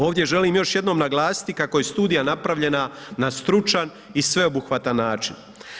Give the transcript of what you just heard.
Ovdje želim još jednom naglasiti kako je studija napravljena na stručan i sveobuhvatan način.